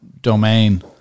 domain